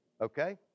Okay